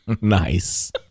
Nice